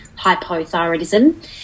hypothyroidism